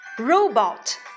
Robot